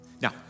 Now